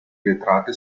vetrate